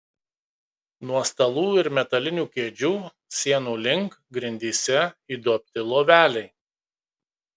nuo stalų ir metalinių kėdžių sienų link grindyse įduobti loveliai